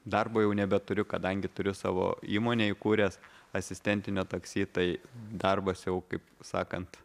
darbo jau nebeturiu kadangi turiu savo įmonę įkūręs asistentinio taksi tai darbas jau kaip sakant